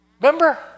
Remember